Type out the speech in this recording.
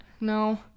No